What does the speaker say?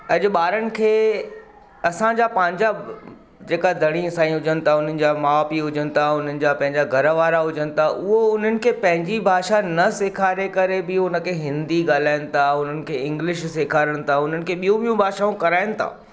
अॼु बारनि खे असांजा पंहिंजा जेका धणीअ साईं हुजनि था उन्हनि जा माउ पीउ हुजनि था उन्हनि जा पंहिंजा घरवारा हुजनि था उहो उन्हनि खे पंहिंजी भाषा न सेखारे करे बि उन खे हिंदी ॻाल्हाइण था हुननि खे इंगलिश सेखारण था उन्हनि खे ॿियूं ॿियूं भाषाऊं कराइण था